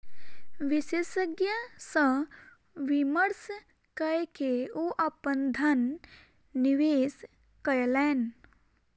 विशेषज्ञ सॅ विमर्श कय के ओ अपन धन निवेश कयलैन